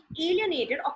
alienated